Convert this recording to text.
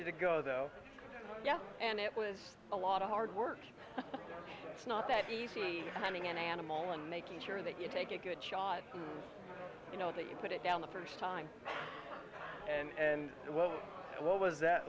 you to go though yes and it was a lot of hard work it's not that easy having an animal and making sure that you take a good shot you know that you put it down the first time and well what was that